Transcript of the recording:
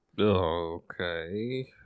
Okay